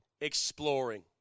exploring